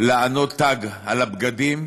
לענוד תג על הבגדים